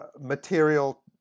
material